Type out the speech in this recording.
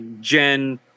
gen